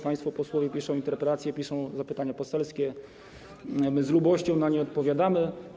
Państwo posłowie piszą interpelacje, piszą zapytania poselskie, z lubością na nie odpowiadamy.